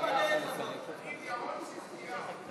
עם ירון צדקיהו.